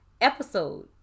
episode